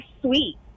sweet